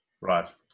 Right